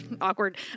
awkward